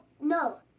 No